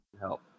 help